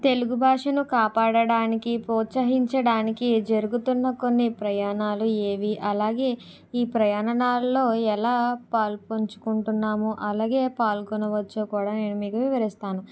తెలుగు భాషను కాపాడడానికి ప్రోత్సహించడానికి జరుగుతున్న కొన్ని ప్రయాణాలు ఏవి అలాగే ఈ ప్రయాణాలల్లో ఎలా పాలుపంచుకుంటున్నాము అలాగే పాల్గొనవచ్చో కూడా నేను మీకు వివరిస్తాను